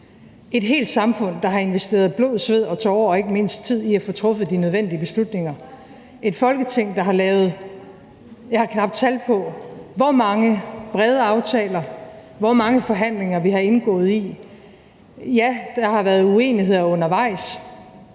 et helt samfund, der har investeret blod, sved og tårer og ikke mindst tid i at få truffet de nødvendige beslutninger, og et Folketing, der har lavet, jeg har knap tal på hvor mange brede aftaler, og indgået i, jeg ved ikke hvor mange forhandlinger. Ja, der har været uenigheder undervejs,